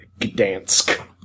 Gdansk